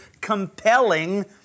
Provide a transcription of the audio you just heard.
compelling